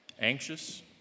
Anxious